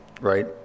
Right